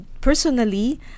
personally